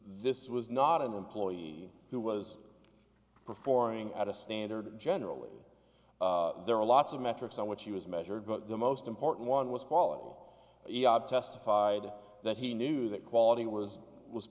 this was not an employee who was performing at a standard generally there are lots of metrics on which he was measured but the most important one was quality testified that he knew that quality was was